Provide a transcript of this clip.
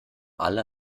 alle